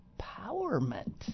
empowerment